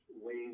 ways